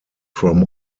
from